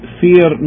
fear